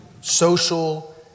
social